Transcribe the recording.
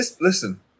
listen